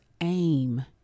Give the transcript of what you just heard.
aim